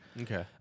Okay